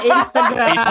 Instagram